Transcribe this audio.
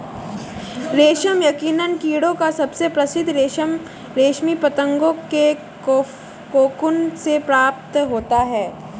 रेशम यकीनन कीड़ों का सबसे प्रसिद्ध रेशम रेशमी पतंगों के कोकून से प्राप्त होता है